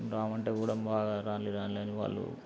రమ్మంటే కూడా రాలే రాలే అని వాళ్ళు